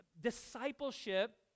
Discipleship